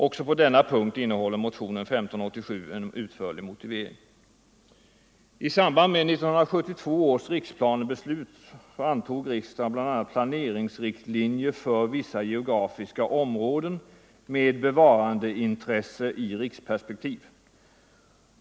Också på denna punkt innehåller motionen 1587 en utförlig motivering. i riksperspektiv.